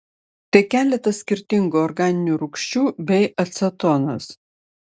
tai keletas skirtingų organinių rūgščių bei acetonas